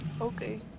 Okay